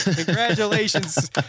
Congratulations